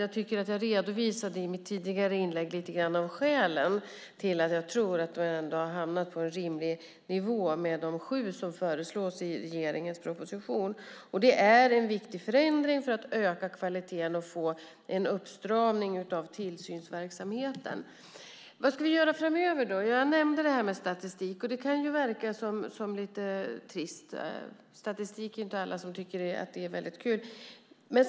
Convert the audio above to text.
Jag tycker att jag i mitt tidigare inlägg lite grann redovisade skälen till att jag tror att vi hamnat på en rimlig nivå med de sju som föreslås i regeringens proposition. Det är en viktig förändring för att öka kvaliteten och få en uppstramning av tillsynsverksamheten. Vad ska vi då göra framöver? Jag nämnde statistiken, och det kan verka lite trist; alla tycker inte att statistik är roligt.